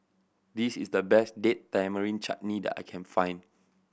this is the best Date Tamarind Chutney that I can find